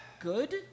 good